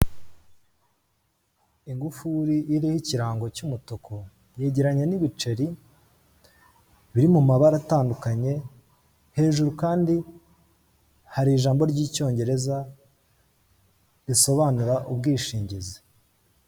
Ingufuri iriho ikirango cy'umutuku yegeranya n'ibiceri biri mabara atandukanye, hejuru kandi hari ijambo ry'icyongereza risobanura ubwishingizi.